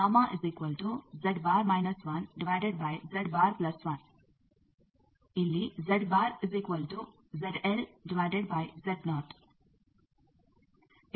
ಇದು ಸಾಮಾನ್ಯೀಗೊಳಿಸಿದ ಪ್ರತಿರೋಧವಾಗಿದೆ